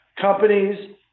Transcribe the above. companies